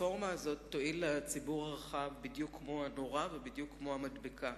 הרפורמה הזאת תועיל לציבור הרחב בדיוק כמו הנורה ובדיוק כמו המדבקה.